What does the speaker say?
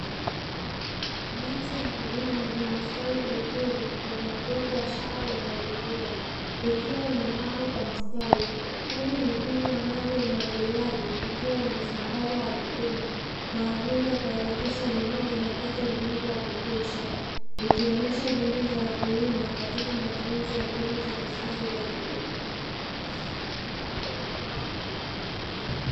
Miche ya kijani imestawi vizuri kwenye udongo wa shamba lenye rutuba, ikiwa imepangwa kwa mstari huku mipira ya maji ya umwagiliaji ikiwa imesambazwa ardhini kwa ajili ya kuhakikisha mimea inapata unyevu wa kutosha, ikionyesha juhudi za wakulima katika matumizi ya mbinu za kisasa za kilimo.